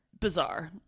bizarre